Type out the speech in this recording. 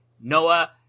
Noah